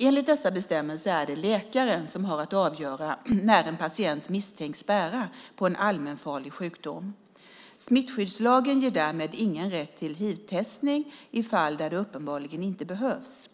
Enligt dessa bestämmelser är det läkaren som har att avgöra när en patient misstänks bära på en allmänfarlig sjukdom. Smittskyddslagen ger därmed ingen rätt till hivtestning i fall där det uppenbarligen inte behövs.